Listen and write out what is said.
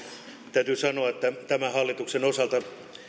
täytyy sanoa että tämän hallituksen osalta